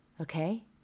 Okay